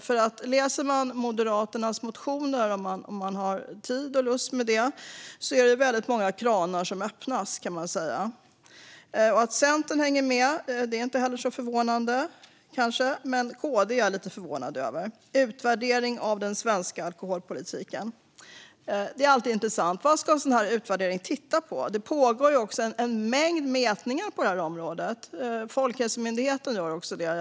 Den som läser Moderaternas motioner - den som har tid och lust med det - ser att det är väldigt många kranar som öppnas. Att Centern hänger med är kanske inte heller så förvånande, men jag är lite förvånad över KD. En utvärdering av den svenska alkoholpolitiken - det är intressant. Vad ska en sådan här utvärdering titta på? Det pågår ju en mängd mätningar på det här området. Folkhälsomyndigheten gör sådana.